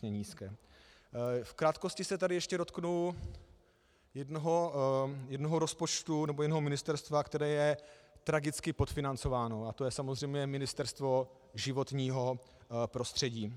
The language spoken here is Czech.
V krátkosti se tady ještě dotknu jednoho rozpočtu, nebo jednoho ministerstva, které je tragicky podfinancováno, a to je samozřejmě Ministerstvo životního prostředí.